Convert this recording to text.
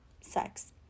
Sex